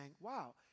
wow